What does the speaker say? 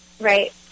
right